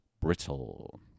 Brittle